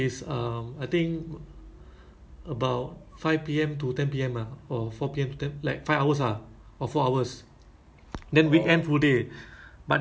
then when I say okay I only can do weekday then the person reply um sorry we need person to commit on on weekend